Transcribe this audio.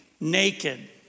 naked